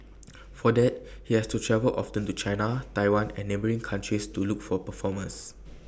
for that he has to travel often to China Taiwan and neighbouring countries to look for performers